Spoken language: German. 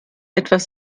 etwas